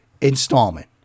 installment